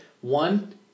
One